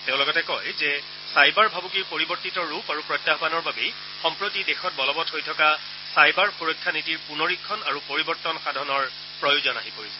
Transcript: তেওঁ লগতে কয় যে চাইবাৰ ভাবুকিৰ পৰিৱৰ্তিত ৰূপ আৰু প্ৰত্যাহানৰ বাবেই সম্প্ৰতি দেশত বলৱৎ হৈ থকা চাইবাৰ সুৰক্ষা নীতিৰ পুনৰীক্ষণ আৰু পৰিৱৰ্তন সাধনৰ প্ৰয়োজন আহি পৰিছে